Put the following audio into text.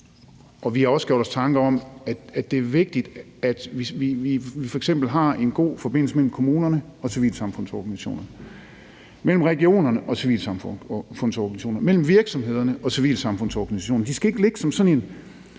og vi har også gjort os tanker om, at det er vigtigt, at vi f.eks. har en god forbindelse mellem kommunerne og civilsamfundsorganisationerne, mellem regionerne og civilsamfundsorganisationerne og mellem virksomhederne og civilsamfundsorganisationerne. De skal ikke ligge som sådan en